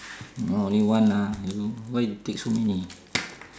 only one lah you why you take so many